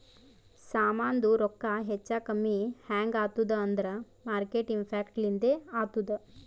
ಸಾಮಾಂದು ರೊಕ್ಕಾ ಹೆಚ್ಚಾ ಕಮ್ಮಿ ಹ್ಯಾಂಗ್ ಆತ್ತುದ್ ಅಂದೂರ್ ಮಾರ್ಕೆಟ್ ಇಂಪ್ಯಾಕ್ಟ್ ಲಿಂದೆ ಆತ್ತುದ